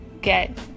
get